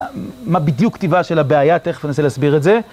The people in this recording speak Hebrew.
מה בדיוק כתיבה של הבעיה, תכף אנסה להסביר את זה.